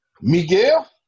Miguel